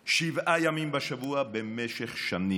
שבעה ימים בשבוע במשך שנים.